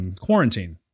Quarantine